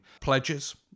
pledges